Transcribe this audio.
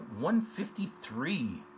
153